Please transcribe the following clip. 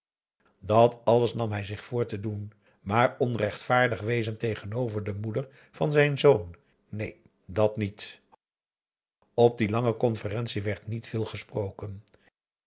dat alles nam hij zich voor te doen maar onrechtvaardig wezen tegenover de moeder van zijn zoon neen dat niet op die lange conferentie werd niet veel gesproken